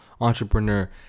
entrepreneur